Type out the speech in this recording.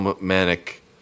Manic